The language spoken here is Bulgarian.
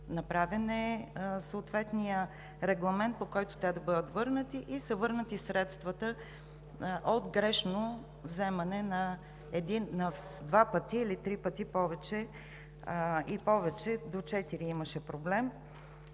направен е съответният регламент, по който те да бъдат върнати и са върнати средствата от грешно вземане на два или три пъти повече, имаше проблем